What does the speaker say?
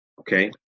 okay